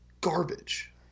garbage